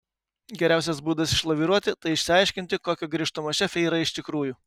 geriausias būdas išlaviruoti tai išsiaiškinti kokio griežtumo šefė yra iš tikrųjų